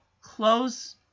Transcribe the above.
Close